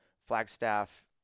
Flagstaff